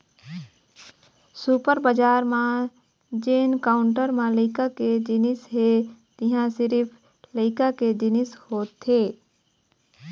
super बजार म जेन काउंटर म लइका के जिनिस हे तिंहा सिरिफ लइका के जिनिस होथे